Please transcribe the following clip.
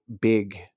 big